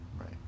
Right